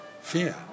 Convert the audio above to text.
Fear